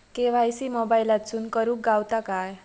KYC मोबाईलातसून करुक गावता काय?